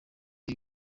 y’i